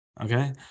Okay